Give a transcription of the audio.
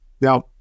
Now